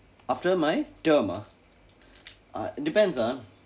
after my term ah ah depends ah